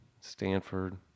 Stanford